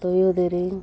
ᱛᱩᱭᱩ ᱫᱮᱨᱮᱧ